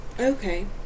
Okay